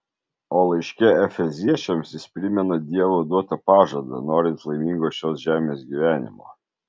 o laiške efeziečiams jis primena dievo duotą pažadą norint laimingo šios žemės gyvenimo